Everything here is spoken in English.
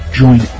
join